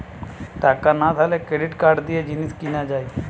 টাকা না থাকলে ক্রেডিট কার্ড দিয়ে জিনিস কিনা যায়